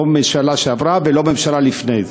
לא הממשלה שעברה ולא הממשלה לפני זה.